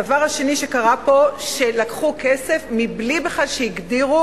הדבר השני שקרה פה, שלקחו כסף מבלי שהגדירו